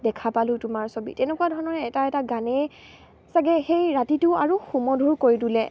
দেখা পালোঁ তোমাৰ ছবি তেনেকুৱা ধৰণৰ এটা এটা গানেই চাগে সেই ৰাতিটো আৰু সুমধুৰ কৰি তোলে